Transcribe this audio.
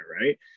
right